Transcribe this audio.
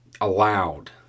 allowed